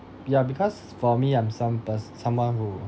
ya because for me I'm some pers~ someone who